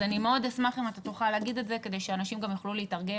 אז אני מאוד אשמח אם אתה תוכל להגיד את זה כדי שאנשים גם יוכלו להתארגן,